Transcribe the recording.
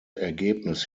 ergebnis